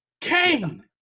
Cain